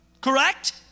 Correct